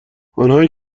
آنهایی